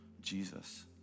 Jesus